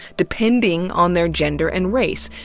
depending on their gender and race.